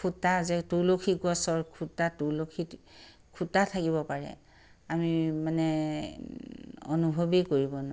খুঁটা যে তুলসী গছৰ খুঁটা তুলসীৰ খুঁটা থাকিব পাৰে আমি মানে অনুভৱেই কৰিব নোৱাৰোঁ